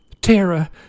Tara